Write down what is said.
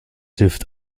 hilft